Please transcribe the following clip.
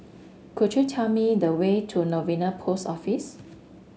could you tell me the way to Novena Post Office